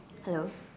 hello